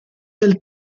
del